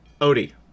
Odie